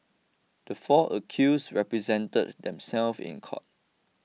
the four accuse represented themself in court